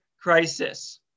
crisis